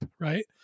right